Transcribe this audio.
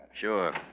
Sure